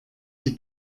die